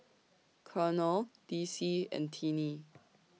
Colonel Dicy and Tinnie